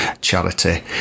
Charity